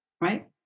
right